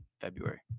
February